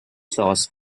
sauce